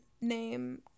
name